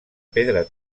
pedra